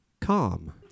calm